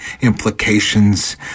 implications